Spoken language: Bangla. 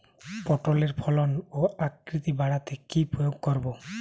পটলের ফলন ও আকৃতি বাড়াতে কি প্রয়োগ করব?